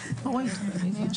בלילה.